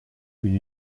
une